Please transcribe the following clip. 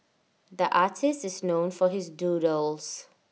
the artist is known for his doodles